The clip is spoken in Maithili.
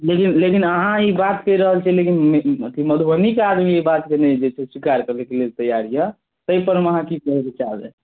लेकिन लेकिन अहाँ ई बात कहि रहल छियै लेकिन अथी मधुबनीके आदमी ई बातके नहि जे छै स्वीकार करैके लेल तैआर यए ताहिपर मे अहाँके की विचार यए